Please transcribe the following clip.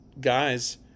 guys